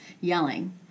yelling